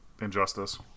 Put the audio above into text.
Injustice